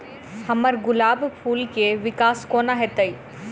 हम्मर गुलाब फूल केँ विकास कोना हेतै?